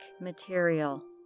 material